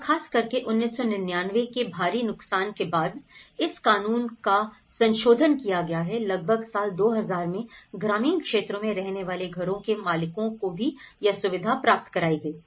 और खास करके 1999 के भारी नुकसान के बाद इस कानून का संशोधन किया गया है लगभग साल 2000 में ग्रामीण क्षेत्रों में रहने वाले घरों के मालिकों को भी यह सुविधा प्राप्त कराई गई